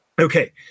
Okay